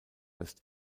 west